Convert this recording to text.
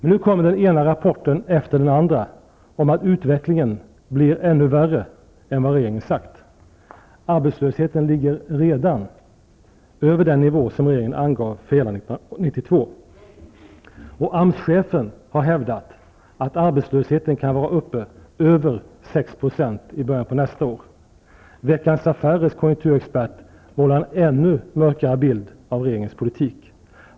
Nu kommer den ena rapporten efter den andra om att utvecklingen blir ännu värre än vad regeringen har sagt. Arbetslösheten ligger redan över den nivå som regeringen angav för hela 1992. AMS-chefen har hävdat att arbetslösheten kan nå upp över 6 % i början av nästa år. Veckans Affärers konjunkturexpert målar upp en ännu mörkare bild av regeringens politik.